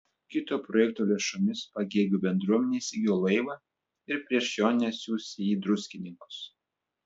kito projekto lėšomis pagėgių bendruomenė įsigijo laivą ir prieš jonines siųs jį į druskininkus